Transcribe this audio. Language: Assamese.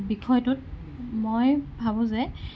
বিষয়টোত মই ভাবোঁ যে